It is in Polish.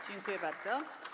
Dziękuję bardzo.